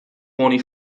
bunny